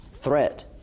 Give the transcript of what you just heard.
threat